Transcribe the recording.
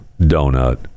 Donut